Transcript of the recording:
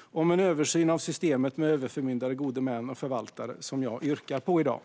om en översyn av systemet med överförmyndare, gode män och förvaltare, som jag yrkar bifall till i dag.